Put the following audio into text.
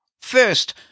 First